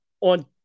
on